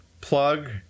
plug